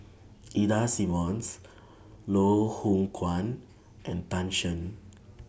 Ida Simmons Loh Hoong Kwan and Tan Shen